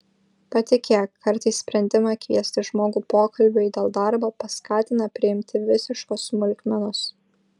patikėk kartais sprendimą kviesti žmogų pokalbiui dėl darbo paskatina priimti visiškos smulkmenos